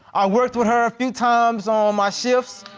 i worked with her a few times on my shifts.